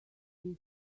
this